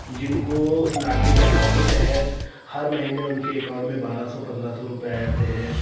जिनको लाडली बहना के तहत हर महीने उनके अकाउंट में बारह सौ पंद्रह सौ रुपए आ जाते हैं